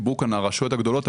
דיברו כאן הרשויות הגדולות,